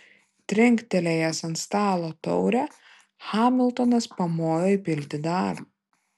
trinktelėjęs ant stalo taurę hamiltonas pamojo įpilti dar